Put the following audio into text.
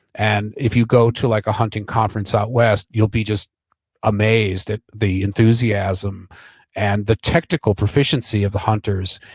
and if you go to like a hunting conference out west, you'll be just amazed at the enthusiasm and the technical proficiency of the hunters,